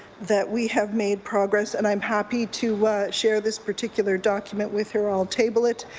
that we have made progress. and i'm happy to share this particular document with her. i'll table it.